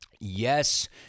Yes